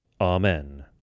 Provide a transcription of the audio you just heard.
Amen